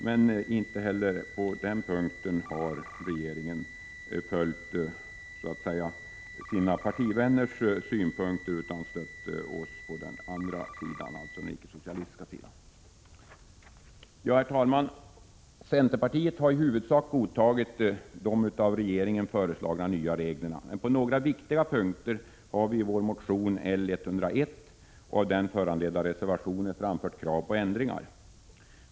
Men inte heller på den här punkten har regeringen följt sina partivänner utan stött oss på den icke-socialistiska sidan. Herr talman! Centerpartiet har i huvudsak godtagit de av regeringen föreslagna nya reglerna, men på några viktiga punkter har vi i vår motion L101 och av den föranledda reservationer framfört krav på ändringar.